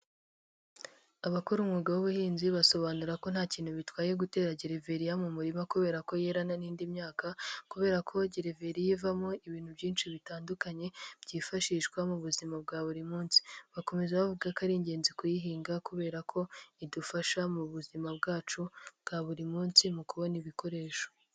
Abakora umwuga w'ubuhinzi basobanura ko nta kintu bitwaye gutera gereveriya mu murima kubera ko yerana n'indi myaka kubera ko gereveriye ivamo ibintu byinshi bitandukanye byifashishwa mu buzima bwa buri munsi, bakomeza bavuga ko ari ingenzi kuyihinga kubera ko idufasha mu buzima bwacu bwa buri munsi mu kubona ibikoresho.